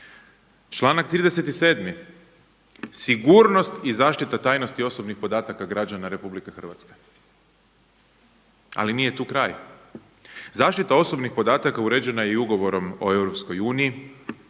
Članak 37. Sigurnost i zaštita tajnosti osobnih podataka građana RH. Ali nije tu kraj. Zaštita osobnih podataka uređena je i Ugovorom o EU,